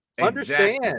Understand